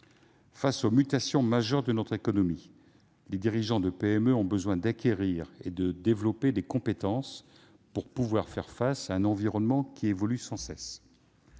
égard aux mutations majeures de notre économie, les dirigeants de PME ont besoin d'acquérir et de développer des compétences, afin de faire face, justement, à un environnement évoluant sans cesse.